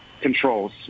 controls